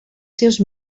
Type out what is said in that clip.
seus